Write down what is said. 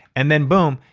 and then boom,